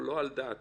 או לא על דעתו,